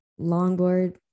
longboard